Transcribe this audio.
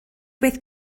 beth